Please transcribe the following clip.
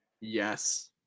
Yes